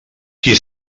qui